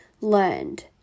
learned